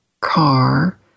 car